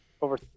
over